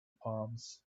palms